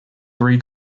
three